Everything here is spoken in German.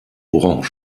orange